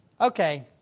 Okay